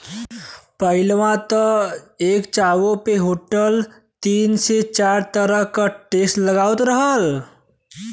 पहिलवा एक चाय्वो पे होटल तीन से चार तरह के टैक्स लगात रहल